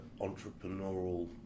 entrepreneurial